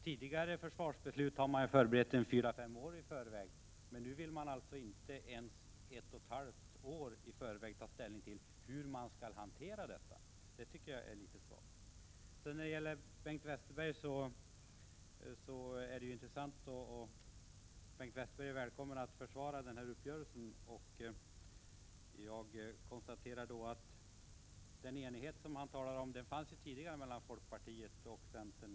Tidigare försvarsbeslut förbereddes ju fyra till fem år i förväg. Nu vill man alltså inte ens ett och ett halvt år i förväg ta ställning till hur saken skall hanteras. Det tycker jag är litet svagt. Bengt Westerberg är välkommen att försvara uppgörelsen. Jag konstaterar beträffande den enighet som han talade om att en sådan enighet ju fanns tidigare mellan folkpartiet och centern.